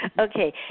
Okay